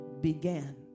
began